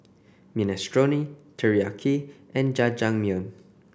Minestrone Teriyaki and Jajangmyeon